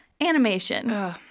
Animation